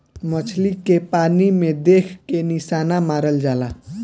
मछली के पानी में देख के निशाना मारल जाला